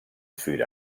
food